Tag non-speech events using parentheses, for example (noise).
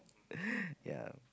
(breath) yea